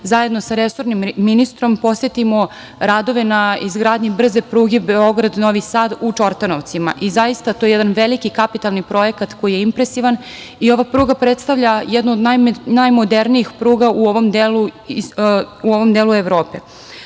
zajedno sa resornim ministrom, posetimo radove na izgradnji brze pruge Beograd-Novi Sad u Čortanovcima i zaista je to jedan veliki kapitalni projekat koji je impresivan. Ova pruga predstavlja jednu od najmodernijih pruga u ovom delu Evrope. Ova